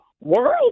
world